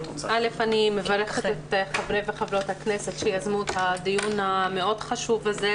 אני מברכת את חברי וחברות הכנסת שיזמו את הדיון המאוד חשוב הזה,